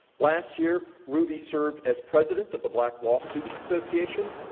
last year, ruby served as president of the black law students association.